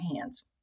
hands